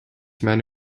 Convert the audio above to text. many